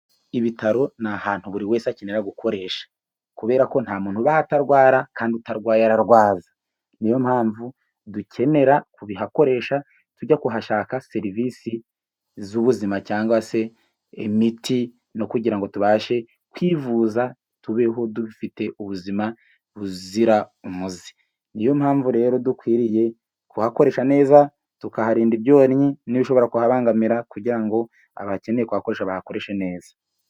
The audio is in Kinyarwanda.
Ibitaro ni ahantu buri wese akenera gukoresha kuberako nta muntu ubaho atarwara, kandi utarwaye ararwaza. N'iyo mpamvu dukenera kuhakoresha tujya kuhashaka serivisi z'ubuzima cyangwa se imiti, no kugira ngo tubashe kwivuza tubeho dufite ubuzima buzira umuze. N'iyo mpamvu rero dukwiriye kuhakoresha neza tukaharinda ibyonnyi n'ibishobora kuhabangamira, kugira ngo abakeneye kuhakoresha bahakoreshe neza.